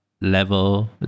level